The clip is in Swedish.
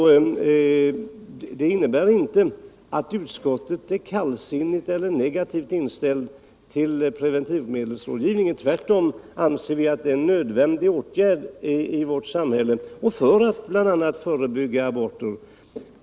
Det här innebär inte att man i utskottet är kallsinnig eller negativt inställd till preventivmedelsrådgivningen. Tvärtom anser vi att den är nödvändig i vårt samhälle för att bl.a. förebygga aborter.